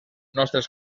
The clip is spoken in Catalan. nostres